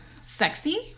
sexy